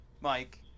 mike